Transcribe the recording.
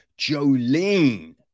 Jolene